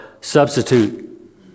substitute